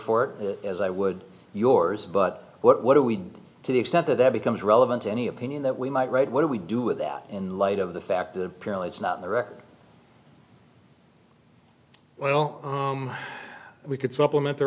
for it as i would yours but what do we do to the extent that that becomes relevant to any opinion that we might write what do we do with that in light of the fact that apparently it's not a record well we could supplement the